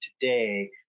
today